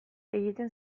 egiten